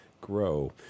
grow